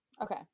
Okay